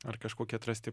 ar kažkoki atrasti